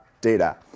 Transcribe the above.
data